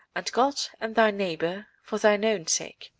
and god and thy neighbour for thine own sake.